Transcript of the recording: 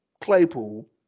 Claypool